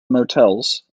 motels